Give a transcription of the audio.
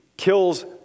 kills